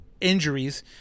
injuries